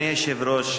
אדוני היושב-ראש,